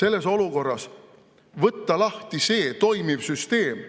Selles olukorras võtta lahti toimiv süsteem